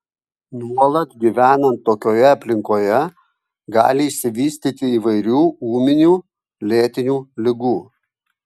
nuolat gyvenant tokioje aplinkoje gali išsivystyti įvairių ūminių lėtinių ligų